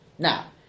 Now